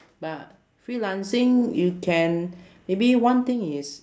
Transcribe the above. but freelancing you can maybe one thing is